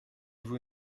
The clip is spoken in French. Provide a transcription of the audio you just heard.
vous